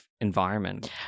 environment